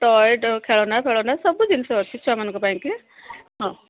ଟଏ ଡ ଖେଳନା ଫେଳନା ସବୁ ଜିନିଷ ଅଛି ଛୁଆମାନଙ୍କ ପାଇଁକି ହଁ